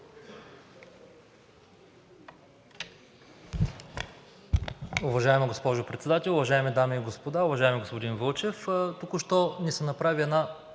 Уважаема госпожо Председател, уважаеми дами и господа! Уважаеми господин Вълчев, току-що ни се направи една